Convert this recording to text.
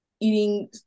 eating